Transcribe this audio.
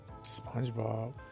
Spongebob